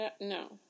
no